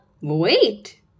Wait